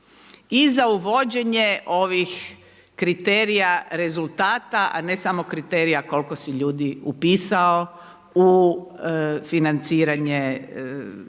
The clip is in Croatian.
i za uvođenje ovih kriterija rezultata a ne samo kriterija koliko si ljudi upisao u financiranje